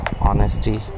honesty